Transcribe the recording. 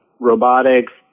robotics